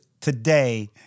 today